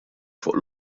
fuq